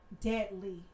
deadly